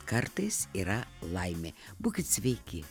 kartais yra laimė būkit sveiki